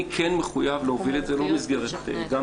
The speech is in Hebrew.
אני כן מחויב להוביל את זה גם כמובן דרך הכנסת.